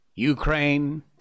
Ukraine